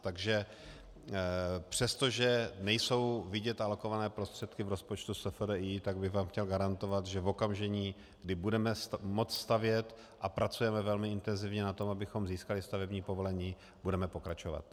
Takže přestože nejsou vidět alokované prostředky v rozpočtu SFDI, tak bych vám chtěl garantovat, že v okamžiku, kdy budeme moci stavět, a pracujeme velmi intenzivně na tom, abychom získali stavební povolení, budeme pokračovat.